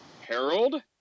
Harold